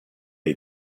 hai